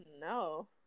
no